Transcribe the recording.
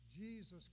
Jesus